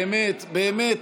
באמת,